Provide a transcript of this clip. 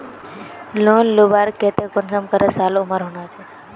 Loan लुबार केते कुंसम करे साल उमर होना चही?